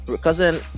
cousin